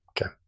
Okay